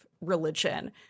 religion